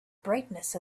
brightness